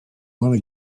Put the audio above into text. wanna